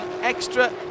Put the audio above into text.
extra